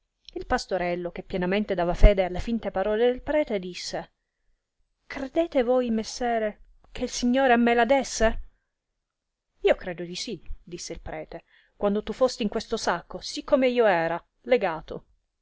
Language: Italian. il pastorello che pienamente dava fede alle finte parole del prete disse credete voi messere che il signore a me la desse io credo di sì rispose il prete quando tu fosti in questo sacco sì come io era legato